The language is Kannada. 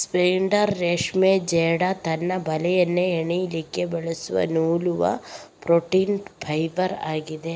ಸ್ಪೈಡರ್ ರೇಷ್ಮೆ ಜೇಡ ತನ್ನ ಬಲೆಯನ್ನ ಹೆಣಿಲಿಕ್ಕೆ ಬಳಸುವ ನೂಲುವ ಪ್ರೋಟೀನ್ ಫೈಬರ್ ಆಗಿದೆ